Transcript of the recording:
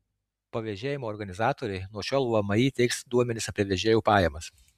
pavėžėjimo organizatoriai nuo šiol vmi teiks duomenis apie vežėjų pajamas